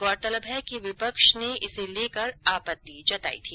गौरतलब है कि विपक्ष ने इसे लेकर आपत्ति जताई थी